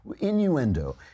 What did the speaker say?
innuendo